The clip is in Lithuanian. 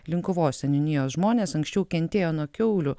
linkuvos seniūnijos žmonės anksčiau kentėjo nuo kiaulių